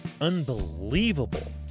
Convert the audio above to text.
unbelievable